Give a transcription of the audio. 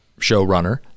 showrunner